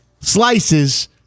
slices